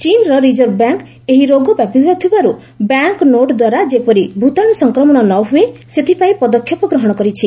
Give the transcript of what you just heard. ଚୀନର reserve bank ଏହି ରୋଗ ବ୍ୟାପୁଥିବାରୁ ବ୍ୟାଙ୍କ ନୋଟ୍ ଦ୍ୱାରା ଯେପରି ଭୂତାଣୁ ସଂକ୍ରମଣ ନ ହୁଏ ସେଥିପାଇଁ ପଦକ୍ଷେପ ଗ୍ରହଣ କରିଛି